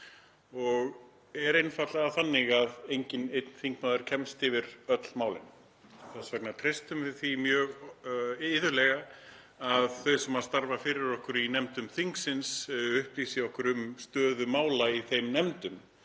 og eru einfaldlega þannig að enginn einn þingmaður kemst yfir öll málin. Þess vegna treystum við því mjög iðulega að þau sem starfa fyrir okkur í nefndum þingsins upplýsi okkur um stöðu mála í þeim nefndum